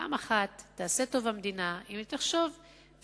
פעם אחת תעשה טוב המדינה אם היא תחשוב ותתכנן